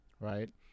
Right